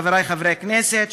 חברי חברי הכנסת,